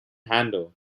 handle